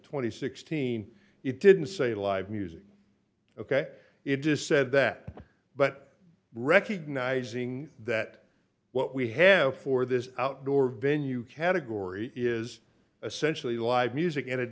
and sixteen it didn't say live music ok it just said that but recognizing that what we have for this outdoor venue category is essentially live music and it